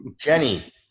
jenny